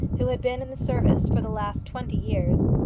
who had been in the service for the last twenty years.